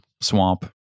Swamp